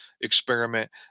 experiment